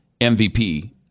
MVP